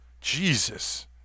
Jesus